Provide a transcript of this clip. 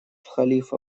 халифа